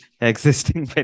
existing